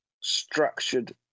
structured